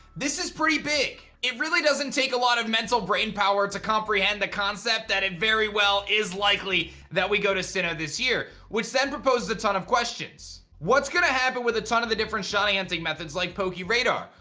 this is pretty big. it really doesn't take a lot of mental brain power to comprehend the concept that it very well is likely that we go to sinnoh this year, which then proposes a ton of questions. what's going to happen with a ton of the different shiny hunting methods like poke radar?